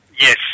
Yes